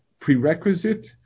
prerequisite